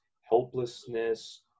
helplessness